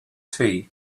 tea